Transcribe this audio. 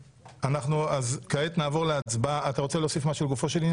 אתה רוצה להוסיף משהו לגופו של עניין,